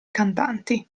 cantanti